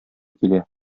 килә